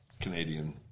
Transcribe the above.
Canadian